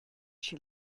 she